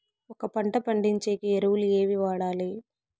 ఒక పంట పండించేకి ఎరువులు ఏవి వాడాలి?